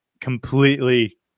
completely